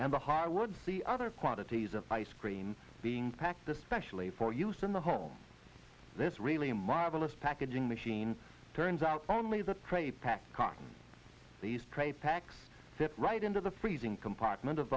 road the other quantities of ice cream being packed especially for use in the home there's really a marvelous packaging machine turns out only the tray pack on these trade pacts step right into the freezing compartment of